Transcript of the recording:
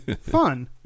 fun